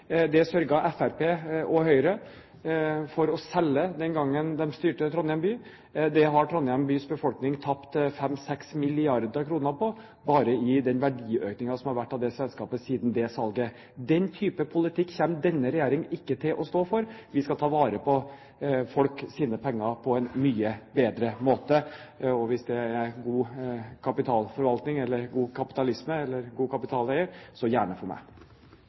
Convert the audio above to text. Det sørget Fremskrittspartiet og Høyre for å selge den gangen de styrte Trondheim by. Der har Trondheim bys befolkning tapt 5–6 mrd. kr bare på den verdiøkningen som har vært av det selskapet siden det salget. Den type politikk kommer ikke denne regjeringen til å stå for. Vi skal ta vare på folks penger på en mye bedre måte. Hvis det er god kapitalforvaltning, god kapitalisme eller å være en god kapitaleier – så gjerne for meg!